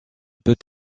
peut